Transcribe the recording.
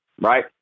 Right